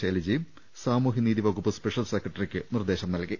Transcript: ശൈലജയും സാമൂഹൃ നീതി വകുപ്പ് സ്പെഷ്യൽ സെക്രട്ടറിക്ക് നിർദ്ദേശം നൽകി